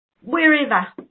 wherever